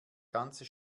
ganze